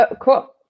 Cool